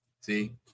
See